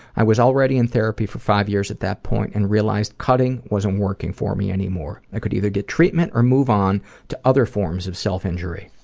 i was already in therapy for five years at that point and realized cutting wasn't working for me anymore. i could either get treatment or move on to other forms of self-injury.